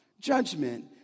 Judgment